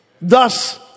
Thus